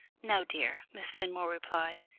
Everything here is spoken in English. no, dear, miss fenmore replied.